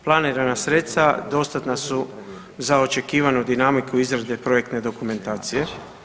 Planirana sredstva dostatna su za očekivanu dinamiku izrade projektne dokumentacije.